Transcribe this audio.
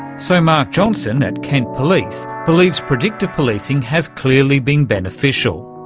so mark johnson at kent police believes predictive policing has clearly been beneficial,